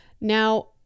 Now